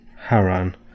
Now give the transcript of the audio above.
Haran